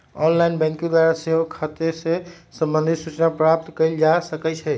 online banking द्वारा सेहो खते से संबंधित सूचना प्राप्त कएल जा सकइ छै